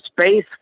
space